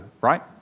right